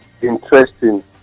interesting